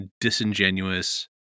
disingenuous